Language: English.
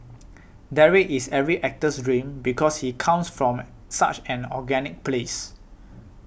Derek is every actor's dream because he comes from such an organic place